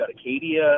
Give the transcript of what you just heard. Acadia